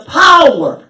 power